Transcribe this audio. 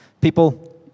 people